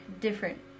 different